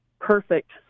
Perfect